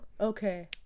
okay